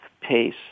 pace